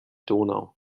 donau